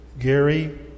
Gary